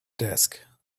desk